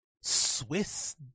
Swiss